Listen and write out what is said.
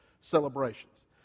celebrations